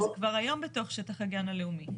זה כבר היום בתוך שטח הגן הלאומי.